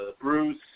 Bruce